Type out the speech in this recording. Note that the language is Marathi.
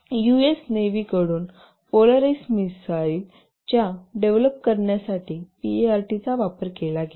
यूएस नेव्ही कडून पोलरिस मिसाइल च्या डेव्हलप करण्यासाठी पीईआरटी चा वापर केला गेला